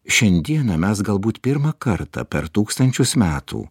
šiandieną mes galbūt pirmą kartą per tūkstančius metų